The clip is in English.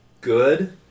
good